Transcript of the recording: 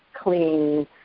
clean